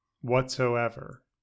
whatsoever